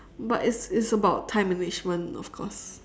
but it's it's about time management of course